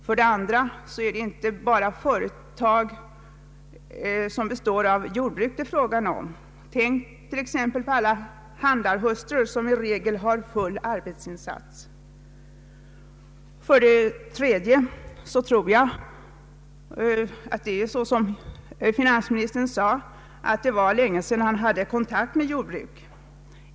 För det andra är det ej alltid fråga om jordbruk utan om företagare över huvud taget. Tänk på alla hustrur till butiksinnehavare som i regel gör en helhjärtad arbetsinsats. För det tredje tror jag det är riktigt som finansministern sade, att det var länge sedan han hade kontakt med något jordbruk.